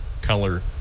color